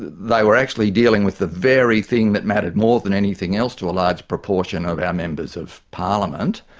they were actually dealing with the very thing that mattered more than anything else to a large proportion of our members of parliament,